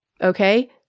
Okay